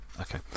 okay